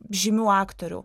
žymių aktorių